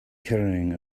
carrying